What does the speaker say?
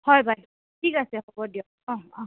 হয় বাইদেউ ঠিক আছে হ'ব দিয়ক অঁ অঁ